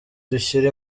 dushyire